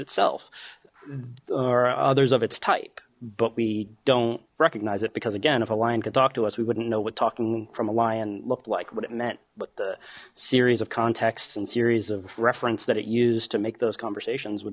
itself or others of its type but we don't recognize it because again if a lion could talk to us we wouldn't know what talking from a lion looked like what it meant but the series of contexts and series of reference that it used to make those conversations would